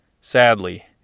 Sadly